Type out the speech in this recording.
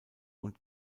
und